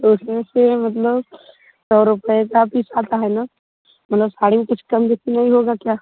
तो उस में से मतलब सौ रुपये का पीस आता है ना मतलब साड़ी में कुछ कम बेशी नहीं होगा क्या